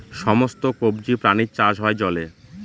সমস্ত কবজি প্রাণীর চাষ হয় জলে